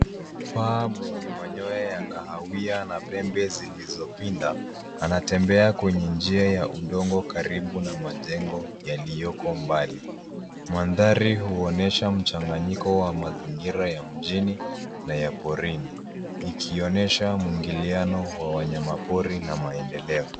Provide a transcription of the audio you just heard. Paa mwenye manyoya ya kahawia na pembe zilizopinda, anatembea kwenye njia ya udongo karibu na majengo yaliyoko mbali. Mandhari huonyesha mchanganyiko wa mazingira ya mjini na ya porini ikionyesha mwingiliano wa wanyamapori na maendeleo.